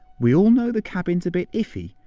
we all know the cabin's a bit iffy.